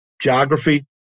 geography